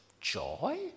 Joy